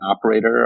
operator